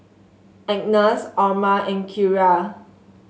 Agness Orma and Kierra